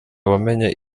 wamenye